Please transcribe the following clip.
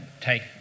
take